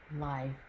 life